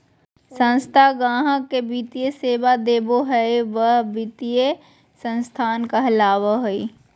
संस्था गाहक़ के वित्तीय सेवा देबो हय वही वित्तीय संस्थान कहलावय हय